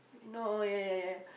no err ya ya ya ya ya